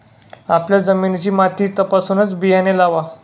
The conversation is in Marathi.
आपल्या जमिनीची माती तपासूनच बियाणे लावा